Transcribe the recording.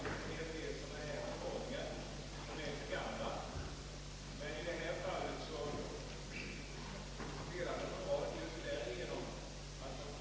Herr talman!